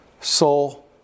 soul